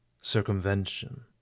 circumvention